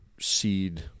seed